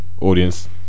audience